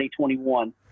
2021